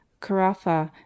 Carafa